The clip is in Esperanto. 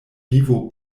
vivo